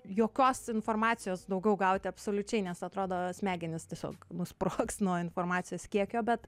jokios informacijos daugiau gauti absoliučiai nes atrodo smegenys tiesiog nusprogs nuo informacijos kiekio bet